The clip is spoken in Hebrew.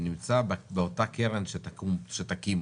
שנמצא באותה קרן שתקים,